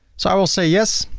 so i will say yes.